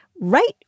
right